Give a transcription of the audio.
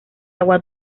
agua